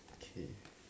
okay